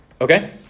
Okay